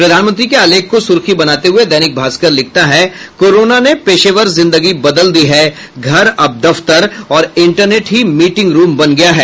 प्रधानमंत्री के आलेख को सुर्खी बनाते हुये दैनिक भास्कर लिखता है कोरोना ने पेशेवर जिंदगी बदल दी है घर अब दफ्तर और इंटरनेट ही मीटिंग रूम बन गया है